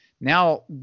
Now